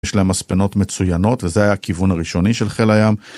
יש להם מספנות מצוינות, וזה היה הכיוון הראשוני של חיל הים.